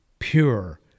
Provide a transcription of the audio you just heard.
Pure